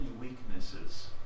weaknesses